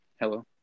hello